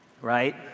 right